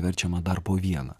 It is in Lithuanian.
verčiama dar po vieną